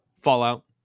Fallout